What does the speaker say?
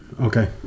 Okay